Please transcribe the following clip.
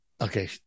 Okay